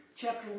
chapter